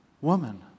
Woman